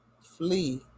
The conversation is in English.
flee